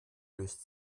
löst